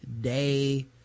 Day